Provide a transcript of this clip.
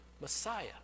Messiah